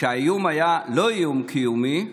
כשהאיום לא היה איום קיומי התשובה,